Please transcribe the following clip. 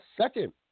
second